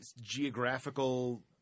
geographical